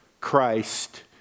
Christ